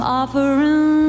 offering